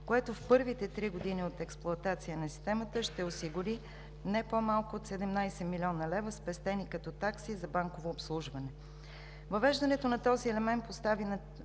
което в първите три години от експлоатацията на системата ще осигури не по-малко от 17 млн. лв. спестени като такси за банково обслужване. Въвеждането на този елемент постави